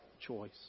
choice